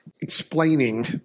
explaining